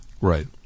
Right